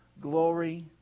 glory